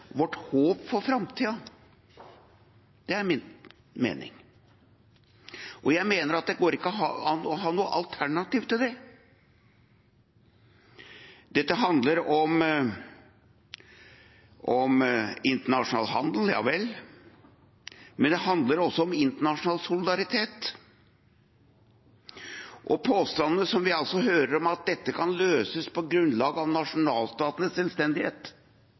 vårt håp for framtiden. Det er min mening. Og jeg mener at det ikke går an å ha noe alternativ til det. Dette handler om internasjonal handel, ja vel, men det handler også om internasjonal solidaritet. Og påstandene som vi hører om at dette kan løses på grunnlag av nasjonalstatenes selvstendighet,